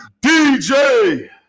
DJ